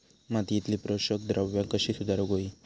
मातीयेतली पोषकद्रव्या कशी सुधारुक होई?